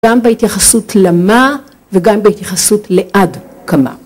גם בהתייחסות למה וגם בהתייחסות לעד כמה.